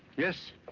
yes,